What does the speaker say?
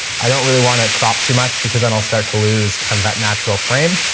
i don't really want to crop too much because then i'll start to lose kind of that natural frame.